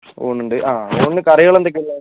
ഊണ് ഉണ്ട് ആ ഊണിന് കറികൾ എന്തൊക്കെയാണ് ഉള്ളത്